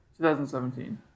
2017